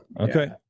okay